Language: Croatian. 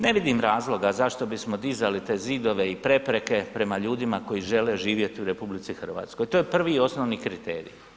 Ne vidim razloga zašto bismo dizali te zidove i prepreke prema ljudima koji žele živjeti u RH, to je prvi i osnovni kriterij.